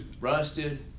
rusted